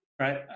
right